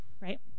Right